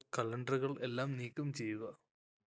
കലണ്ടറുകളെല്ലാം നീക്കം ചെയ്യുക